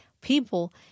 people